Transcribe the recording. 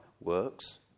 works